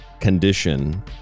condition